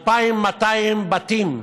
2,200 בתים,